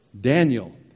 Daniel